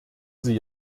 sie